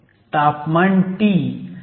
तअपमान T हे 618 kelvin आहे